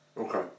Okay